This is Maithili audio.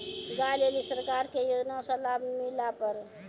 गाय ले ली सरकार के योजना से लाभ मिला पर?